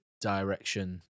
direction